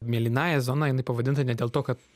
mėlynąja zona jinai pavadinta ne dėl to kad